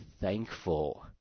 thankful